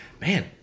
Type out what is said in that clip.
man